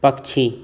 पक्षी